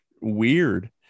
weird